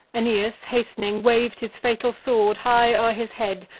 aeneas, hast'ning, wav'd his fatal sword high o'er his head,